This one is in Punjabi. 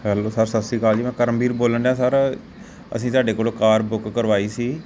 ਹੈਲੋ ਸਰ ਸਤਿ ਸ਼੍ਰੀ ਅਕਾਲ ਜੀ ਮੈਂ ਕਰਮਵੀਰ ਬੋਲਣ ਡਿਆ ਸਰ ਅਸੀਂ ਤੁਹਾਡੇ ਕੋਲੋਂ ਕਾਰ ਬੁੱਕ ਕਰਵਾਈ ਸੀ